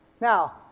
Now